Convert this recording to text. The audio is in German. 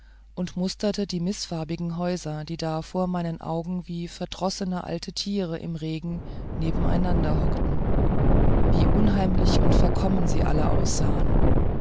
und musterte die mißfarbigen häuser die da vor meinen augen wie verdrossene alte tiere im regen nebeneinander hockten wie unheimlich und verkommen sie alle aussahen